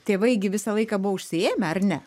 tėvai gi visą laiką buvo užsiėmę ar ne